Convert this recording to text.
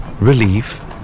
relief